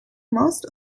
most